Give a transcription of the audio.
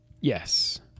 Yes